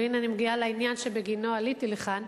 והנה אני מגיעה לעניין שבגינו עליתי לכאן,